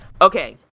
okay